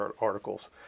articles